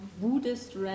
Buddhist